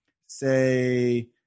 say